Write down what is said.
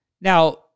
Now